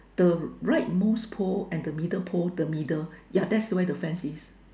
the right most pole and the middle pole the middle yeah that's where the fence is